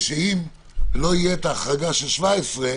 שאם לא תהיה ההחרגה של 17,